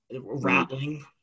rattling